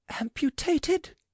amputated